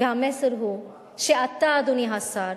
והמסר הוא שאתה, אדוני השר,